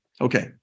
Okay